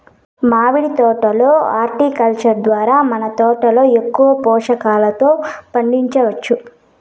మామిడి తోట లో హార్టికల్చర్ ద్వారా మన తోటలో ఎక్కువ పోషకాలతో పండించొచ్చు